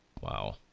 Wow